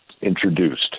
introduced